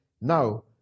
now